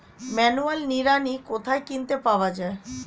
Manual নিড়ানি কোথায় কিনতে পাওয়া যায়?